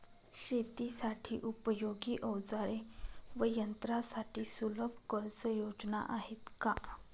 शेतीसाठी उपयोगी औजारे व यंत्रासाठी सुलभ कर्जयोजना आहेत का?